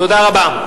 תודה רבה.